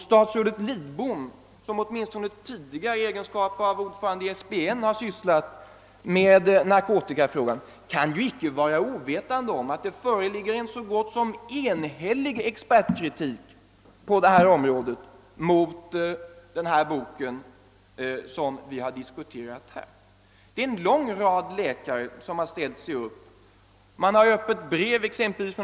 Statsrådet Lidbom, som åtminstone tidigare i egenskap av ordförande i SBN har sysslat med narkotikafrågan, kan ju icke vara ovetande om att expertkritiken har varit så gott som enhällig mot den bok som vi här diskuterar. En lång rad läkare har tagit till orda.